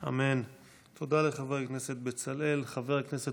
אני רוצה גם להגיד פרק תהילים לעילוי נשמת ז'נט